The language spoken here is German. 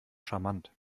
charmant